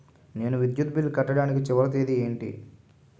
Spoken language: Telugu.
నేను విద్యుత్ బిల్లు కట్టడానికి చివరి తేదీ ఏంటి?